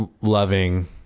loving